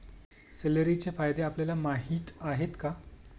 सेलेरीचे फायदे आपल्याला माहीत आहेत का?